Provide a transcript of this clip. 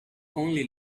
only